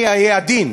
אני אהיה עדין,